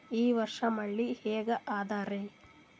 ಈ ವರ್ಷ ಮಳಿ ಹೆಂಗ ಅದಾರಿ?